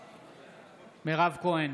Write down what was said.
נגד מירב כהן,